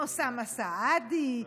מאוסאמה סעדי,